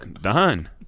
Done